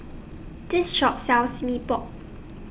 This Shop sells Mee Pok